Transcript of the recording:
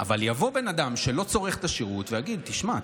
אבל יבוא בן אדם שלא צורך את השירות ויגיד: תשמע,